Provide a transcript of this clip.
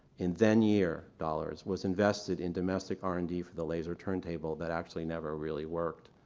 in then year dollars, was invested in domestic r and d for the laser turntable that actually never really worked.